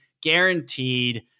guaranteed